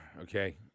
Okay